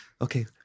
okay